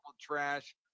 trash